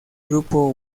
grupo